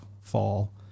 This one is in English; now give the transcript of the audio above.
fall